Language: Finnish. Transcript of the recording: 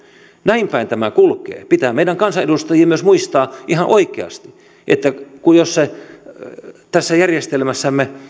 näinpäin tämä kulkee meidän kansanedustajien pitää myös muistaa ihan oikeasti että jos tässä järjestelmässämme